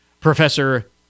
Professor